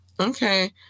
Okay